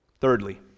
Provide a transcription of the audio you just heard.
Thirdly